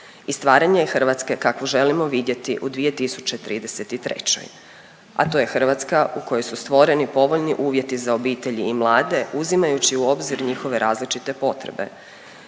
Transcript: stvaranje Hrvatske kakvu želimo vidjeti u 2033., a to je Hrvatska u kojoj su stvoreni povoljni uvjeti za obitelj i mlade uzimajući u obzir njihove različite potreba,